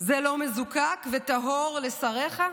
/ זה לא מזוקק וטהור לשריך?